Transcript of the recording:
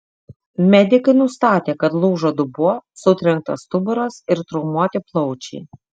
medikai nustatė kad lūžo dubuo sutrenktas stuburas ir traumuoti plaučiai